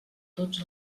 tots